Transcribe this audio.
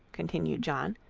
continued john,